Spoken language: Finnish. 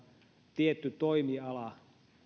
tietty toimiala